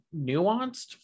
nuanced